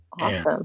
Awesome